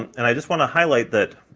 and i just want to highlight that